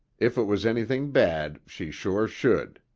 if it was anything bad she sure should.